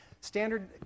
Standard